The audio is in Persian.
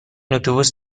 اتوبوس